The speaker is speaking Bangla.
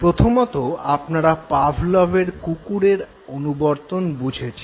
প্রথমত আপনারা পাভলভের কুকুরের অনুবর্তন বুঝেছেন